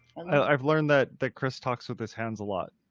i've learned that, that chris talks with his hands a lot,